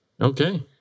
Okay